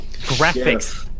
Graphics